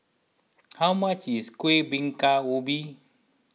how much is Kuih Bingka Ubi